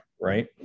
right